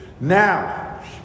Now